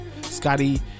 Scotty